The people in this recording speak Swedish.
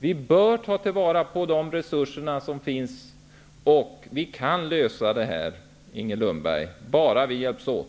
Vi bör ta till vara de resurser som finns, och vi kan lösa det här, Inger Lundberg, bara vi hjälps åt.